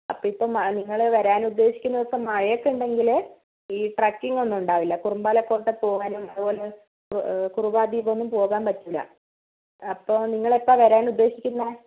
അപ്പോൾ ഇപ്പം നിങ്ങൾ വരാൻ ഉദ്ദേശിക്കുന്ന ദിവസം മഴ ഒക്കെ ഉണ്ടെങ്കിൽ ഈ ട്രക്കിംഗ് ഒന്നും ഉണ്ടാവില്ല കുറുമ്പാലക്കോട്ട പോവാനും അതുപോലെ കുറവാദ്വീപൊന്നും പോകാൻ പറ്റില്ല അപ്പോൾ നിങ്ങൾ എപ്പോഴാ വരാൻ ഉദ്ദേശിക്കുന്നത്